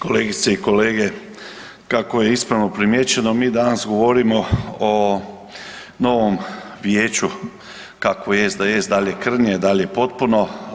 Kolegice i kolege, kako je ispravno primijećeno mi danas govorimo o novom vijeću kakvo jest da jest, da li je krnje, da li je potpuno.